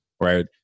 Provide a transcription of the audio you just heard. right